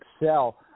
excel